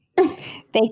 Thank